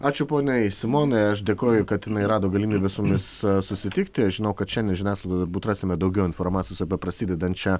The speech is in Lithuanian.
ačiū poniai simonai aš dėkoju kad jinai rado galimybę su mumis susitikti aš žinau kad šiandien žiniasklaidoj turbūt rasime daugiau informacijos apie prasidedančią